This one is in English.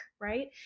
right